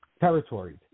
territories